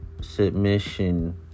Submission